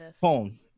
phone